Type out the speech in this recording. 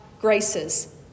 graces